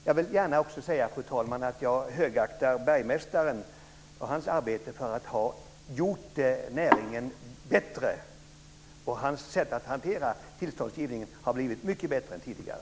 Jag vill gärna också säga, fru talman, att jag högaktar bergmästaren och hans arbete för att han har gjort näringen bättre. Hans sätt att hantera tillståndsgivningen har blivit mycket bättre än det var tidigare.